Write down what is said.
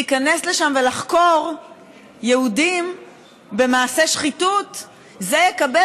להיכנס לשם ולחקור יהודים במעשי שחיתות זה יקבל